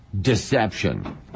deception